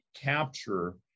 capture